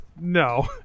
No